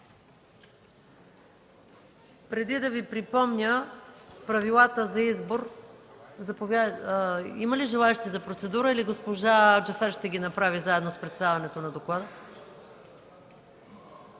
Преди да Ви припомня правилата за избор – има ли желаещи за процедура, или госпожа Джафер ще я направи заедно с представянето на доклада?